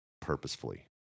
purposefully